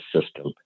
system